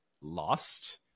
lost